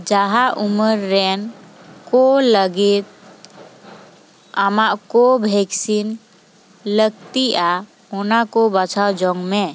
ᱡᱟᱦᱟᱸ ᱩᱢᱟᱹᱨ ᱨᱮᱱ ᱠᱚ ᱞᱟᱹᱜᱤᱫ ᱟᱢᱟᱜ ᱠᱳᱵᱷᱮᱠᱥᱤᱱ ᱞᱟᱹᱠᱛᱤᱜᱼᱟ ᱚᱱᱟᱠᱚ ᱵᱟᱪᱷᱟᱣ ᱡᱚᱝᱢᱮ